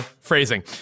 phrasing